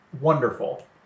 Wonderful